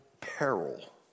peril